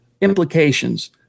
implications